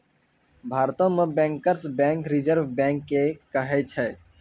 भारतो मे bankers bank reserve bank के कहै छै